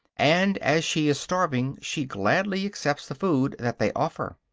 and as she is starving she gladly accepts the food that they offer